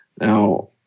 Now